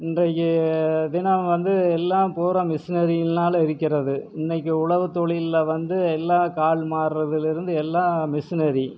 இன்றைக்கு தினம் வந்து எல்லாம் பூரா மிஷினரியினால் இருக்கிறது இன்றைக்கு உழவு தொழில் வந்து எல்லாம் கால் மாறுறதில் இருந்து எல்லாம் மிஷினரி